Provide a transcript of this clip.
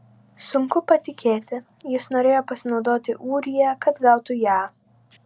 sunku patikėti jis norėjo pasinaudoti ūrija kad gautų ją